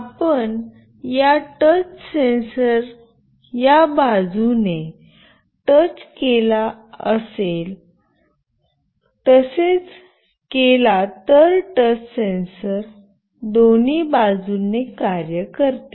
आपण या touch sensor या बाजूने टच केला तसेच केला तर टच सेन्सर दोन्ही बाजूंनी कार्य करते